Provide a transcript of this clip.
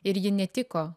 ir ji netiko